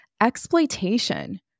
exploitation